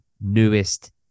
newest